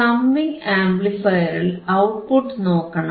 summing ആംപ്ലിഫയറിൽ output നോക്കണം